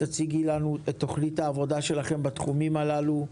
תציגי לנו את תוכנית העבודה שלכם בתחומים הללו,